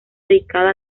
dedicada